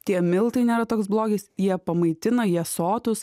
tie miltai nėra toks blogis jie pamaitina jie sotūs